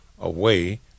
away